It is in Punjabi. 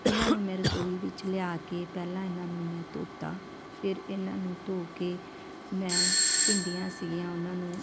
ਇਹਨਾਂ ਨੂੰ ਮੈਂ ਰਸੋਈ ਵਿੱਚ ਲਿਆ ਕੇ ਪਹਿਲਾਂ ਇਹਨਾਂ ਨੂੰ ਮੈਂ ਧੋਤਾ ਫਿਰ ਇਹਨਾਂ ਨੂੰ ਧੋ ਕੇ ਮੈਂ ਭਿੰਡੀਆਂ ਸੀਗੀਆਂ ਉਹਨਾਂ ਨੂੰ